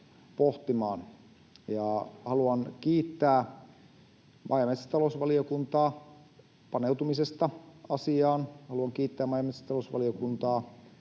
pohtimaan. Haluan kiittää maa- ja metsätalousvaliokuntaa paneutumisesta asiaan. Haluan kiittää maa- ja metsätalousvaliokuntaa